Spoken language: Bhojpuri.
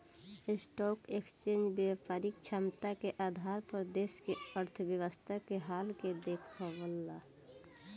स्टॉक एक्सचेंज व्यापारिक क्षमता के आधार पर देश के अर्थव्यवस्था के हाल के देखावेला